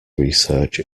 research